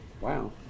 Wow